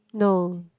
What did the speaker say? no